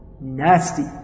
nasty